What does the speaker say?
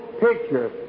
picture